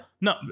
No